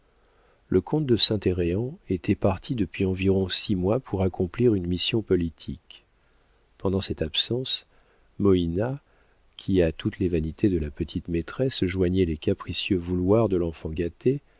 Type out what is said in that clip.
le comte de saint héreen était parti depuis environ six mois pour accomplir une mission politique pendant cette absence moïna qui à toutes les vanités de la petite-maîtresse joignait les capricieux vouloirs de l'enfant gâté